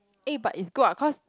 eh but is good what cause